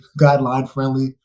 guideline-friendly